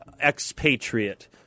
expatriate